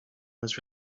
was